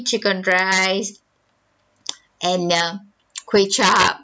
chicken rice and um kuey chap